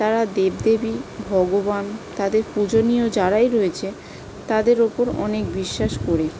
তারা দেব দেবী ভগবান তাদের পূজনীয় যারাই রয়েছে তাদের উপর অনেক বিশ্বাস করি